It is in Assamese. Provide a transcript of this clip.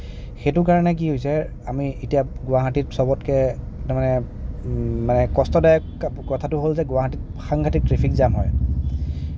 সেইটো কাৰণে কি হৈছে আমি এতিয়া গুৱাহাটীত সবতকে তাৰমানে মানে কষ্টদায়ক কথাটো হ'ল যে গুৱাহাটীত সাংঘাটিক ট্ৰেফিক জাম হয়